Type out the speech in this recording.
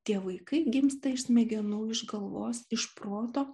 tie vaikai gimsta iš smegenų iš galvos iš proto